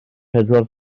pedwar